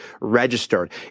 registered